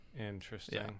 Interesting